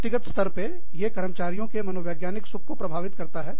व्यक्तिगत स्तर पर ये कर्मचारियों के मनोवैज्ञानिक सुख को प्रभावित करता है